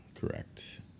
correct